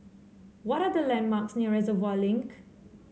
what are the landmarks near Reservoir Link